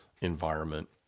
environment